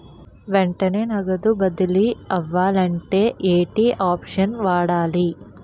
వెంటనే నగదు బదిలీ అవ్వాలంటే ఏంటి ఆప్షన్ వాడాలి?